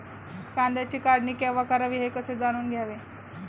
कांद्याची काढणी केव्हा करावी हे कसे जाणून घ्यावे?